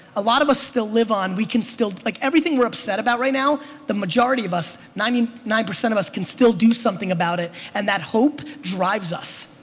a lot of us still live on we can still, like everything we're upset about right now the majority of us ninety nine percent of us can still do something about it and that hope drives us.